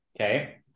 Okay